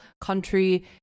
country